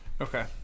Okay